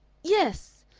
yes,